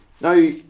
Now